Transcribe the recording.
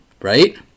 right